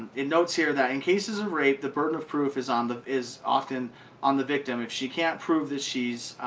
in notes here that in cases of rape the burden of proof is on the is often on the victim she can't prove that she's